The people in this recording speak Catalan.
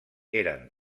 eren